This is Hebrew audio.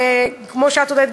כמו שאת הודית,